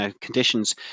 conditions